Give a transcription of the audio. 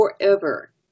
forever